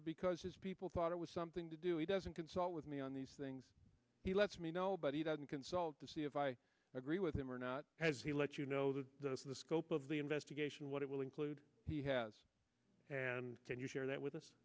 or because his people thought it was something to do he doesn't consult with me on these things he lets me know but he doesn't consult to see if i agree with him or not has he let you know that the scope of the investigation what it will include and can you share that with us